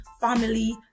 family